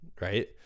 Right